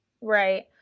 Right